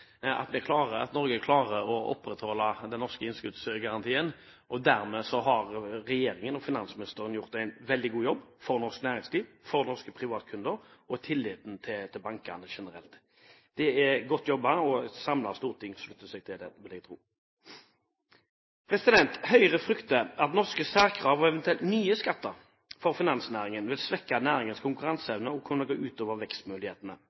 at Norge klarer å opprettholde den norske innskuddsgarantien. Dermed har regjeringen og finansministeren gjort en veldig god jobb for norsk næringsliv, for norske privatkunder og tilliten til bankene generelt. Det er godt jobbet, og et samlet storting slutter seg til det, vil jeg tro. Høyre frykter at norske særkrav og eventuelle nye skatter for finansnæringen vil svekke næringens konkurranseevne og kunne gå ut over vekstmulighetene.